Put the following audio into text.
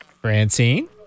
Francine